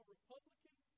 Republican